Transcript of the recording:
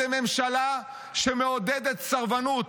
אתם ממשלה שמעודדת סרבנות.